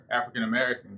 African-American